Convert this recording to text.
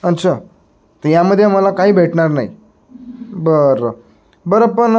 अच्छा तर यामध्ये मला काही भेटणार नाही बरं बरं पण